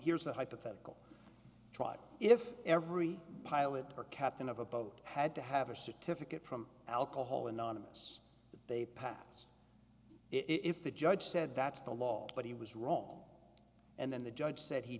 here's a hypothetical if every pilot or captain of a boat had to have a certificate from alcohol anonymous they passed if the judge said that's the law but he was wrong and then the judge said he